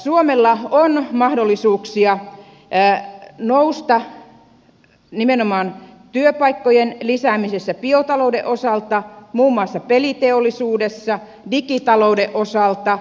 suomella on mahdollisuuksia nousta nimenomaan työpaikkojen lisäämisessä muun muassa biotalouden peliteollisuuden ja digitalouden osalta